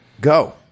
Go